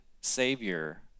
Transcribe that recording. savior